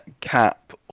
Cap